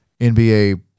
NBA